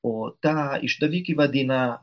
o tą išdaviką vadina